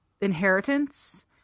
inheritance